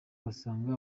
basanga